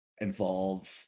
involve